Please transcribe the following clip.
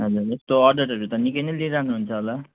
हजुर यस्तो अडरहरू त निकै नै लिइरहनु हुन्छ होला